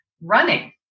running